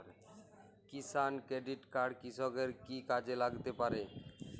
কিষান credit card কৃষকের কি কি কাজে লাগতে পারে?